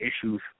issues